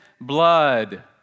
blood